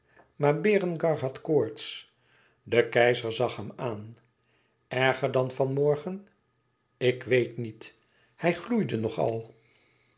maar berengar had koorts de keizer zag hem aan erger dan van morgen ik weet niet hij gloeide nog al